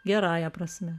gerąja prasme